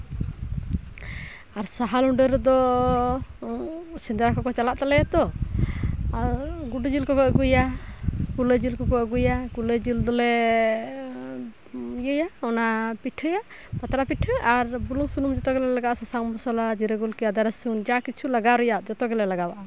ᱟᱨ ᱥᱟᱦᱟ ᱨᱩᱸᱰᱟᱹ ᱨᱮᱫᱚ ᱥᱮᱸᱫᱨᱟ ᱠᱚᱠᱚ ᱪᱞᱟᱜ ᱛᱟᱞᱮᱭᱟᱛᱚ ᱟᱨ ᱜᱩᱰᱩ ᱡᱤᱞ ᱠᱚᱠᱚ ᱟᱹᱜᱩᱭᱟ ᱠᱩᱞᱟᱹᱭ ᱡᱤᱞ ᱠᱚᱠᱚ ᱟᱹᱜᱩᱭᱟ ᱠᱩᱞᱟᱹᱭ ᱡᱤᱞ ᱫᱚᱞᱮ ᱤᱭᱟᱹᱭᱟ ᱚᱱᱟ ᱯᱤᱴᱷᱟᱹᱭᱟ ᱯᱟᱛᱲᱟ ᱯᱤᱴᱷᱟᱹ ᱟᱨ ᱵᱩᱞᱩᱝ ᱥᱩᱱᱩᱢ ᱡᱚᱛᱚ ᱜᱮᱞᱮ ᱞᱟᱜᱟᱣᱟᱜᱼᱟ ᱥᱟᱥᱟᱝ ᱢᱚᱥᱞᱟ ᱡᱤᱨᱟᱹ ᱜᱩᱞᱠᱤ ᱟᱫᱟ ᱨᱟᱥᱩᱱ ᱡᱰᱟ ᱠᱤᱪᱷᱩ ᱞᱟᱜᱟᱣ ᱨᱮᱭᱟᱜ ᱡᱚᱛᱚ ᱜᱮᱞᱮ ᱞᱟᱜᱟᱣᱟᱜᱼᱟ